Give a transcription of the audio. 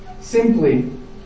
Simply